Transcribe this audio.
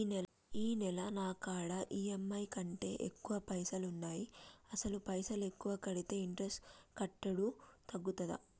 ఈ నెల నా కాడా ఈ.ఎమ్.ఐ కంటే ఎక్కువ పైసల్ ఉన్నాయి అసలు పైసల్ ఎక్కువ కడితే ఇంట్రెస్ట్ కట్టుడు తగ్గుతదా?